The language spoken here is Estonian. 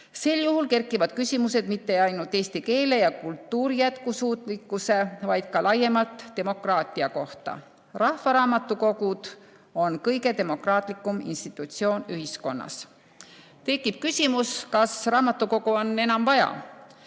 Sel juhul kerkivad küsimused mitte ainult eesti keele ja kultuuri jätkusuutlikkuse kohta, vaid ka laiemalt demokraatia kohta. Rahvaraamatukogud on kõige demokraatlikum institutsioon ühiskonnas. Tekib küsimus, kas raamatukogu on enam vaja.